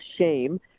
shame